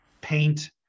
paint